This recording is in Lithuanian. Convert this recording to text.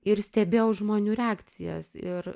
ir stebėjau žmonių reakcijas ir